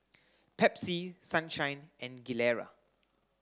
Pepsi Sunshine and Gilera